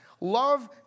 love